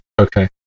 Okay